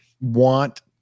want